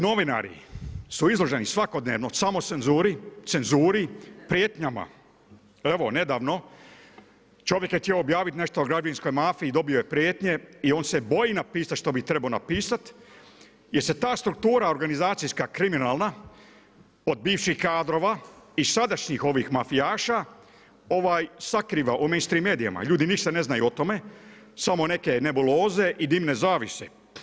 Novinari su izloženi svakodnevno samo cenzuri, cenzuri, prijetnjama, evo nedavno, čovjek je htio objaviti nešto … mafiji, dobio je prijetnje i on se boji napisat što bi trebao napisat jer se ta struktura organizacijska, kriminalna od bivših kadrova i sadašnjih ovih mafijaša, ovaj sakriva u … medijima, ljudi više ne znaju o tome, samo neke nebuloze i dimne zavjese.